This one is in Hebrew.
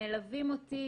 מלווים אותי,